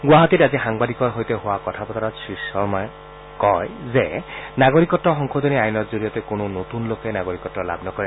গুৱাহাটীত আজি সাংবাদিকৰ সৈতে হোৱা কথা বতৰাত শ্ৰী শৰ্মাই কয় যে নাগৰিকত্ব সংশোধনী আইনৰ জৰিয়তে কোনো নতুন লোকে নাগৰিকত্ব লাভ নকৰে